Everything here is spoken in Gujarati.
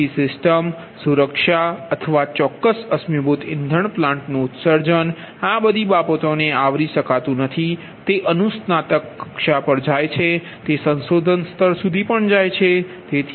તેથી સિસ્ટમ સુરક્ષા અથવા ચોક્કસ અશ્મિભૂત ઇંધણ પ્લાન્ટનું ઉત્સર્જન આ બધી બાબતોને આવરી શકાતું નથી તે અનુસ્નાતક સ્તર અથવા સંશોધન સ્તર સુધી જશે